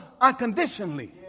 unconditionally